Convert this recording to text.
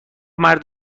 مرد